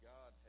God